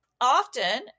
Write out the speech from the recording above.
often